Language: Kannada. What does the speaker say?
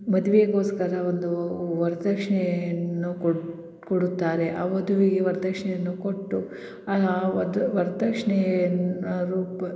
ಮದುವೆಗೋಸ್ಕರ ಒಂದು ವರದಕ್ಷ್ಣೆಯನ್ನು ಕೊಡುತ್ತಾರೆ ಆ ವಧುವಿಗೆ ವರದಕ್ಷ್ಣೆಯನ್ನು ಕೊಟ್ಟು ವಧು ವರ್ದಕ್ಷ್ಣೆಯನ್ನು ರೂಪ